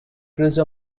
cruise